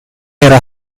era